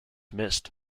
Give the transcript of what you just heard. missed